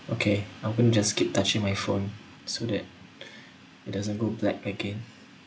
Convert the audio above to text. okay I will just keep touching my phone so that it doesn't go black again